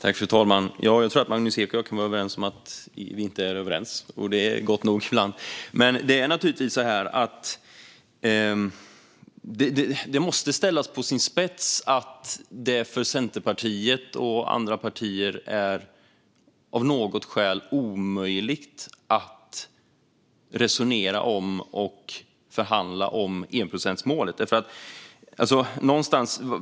Fru talman! Jag tror att Magnus Ek och jag kan vara överens om att vi inte är överens, och det är gott nog ibland. Det måste ställas på sin spets att det för Centerpartiet och andra partier av något skäl är omöjligt att resonera och förhandla om enprocentsmålet.